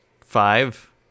five